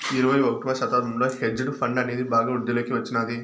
ఇరవై ఒకటవ శతాబ్దంలో హెడ్జ్ ఫండ్ అనేది బాగా వృద్ధిలోకి వచ్చినాది